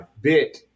bit